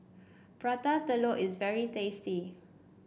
Prata Telur is very tasty